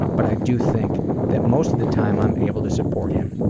but i do think that most of the time i'm able to support him.